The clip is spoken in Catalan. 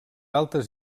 altres